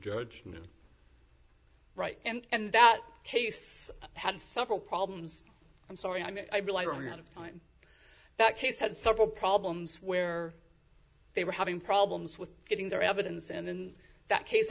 judgment right and that case had several problems i'm sorry i mean i relied on lot of time that case had several problems where they were having problems with getting their evidence and in that case